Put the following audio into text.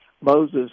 Moses